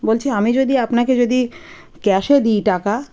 বলছি আমি যদি আপনাকে যদি ক্যাশে দিই টাকা